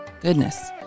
Goodness